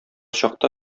чакта